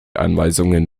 anweisungen